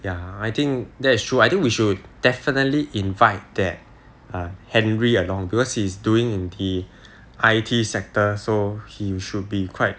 ya I think that's true I think we should definitely invite that henry along because he's doing in the I_T sector so he should be quite